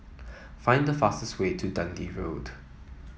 find the fastest way to Dundee Road